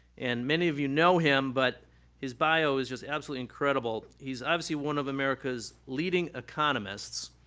and many of you know him, but his bio is just absolutely incredible. he's obviously one of america's leading economists.